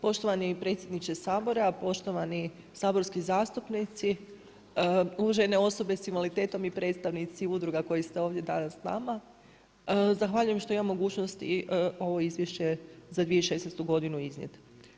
Poštovani predsjedniče Sabora, poštovani saborski zastupnici, uvažene osobe sa invaliditetom i predstavnici udruga koje ste ovdje danas s nama, zahvaljujem što imam mogućnost i ovo izvješće za 2016. godinu iznijeti.